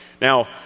Now